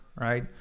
right